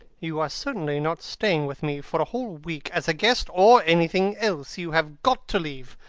you are certainly not staying with me for a whole week as a guest or anything else. you have got to leave.